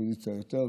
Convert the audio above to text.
לאופוזיציה יותר,